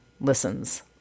listens